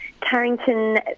Carrington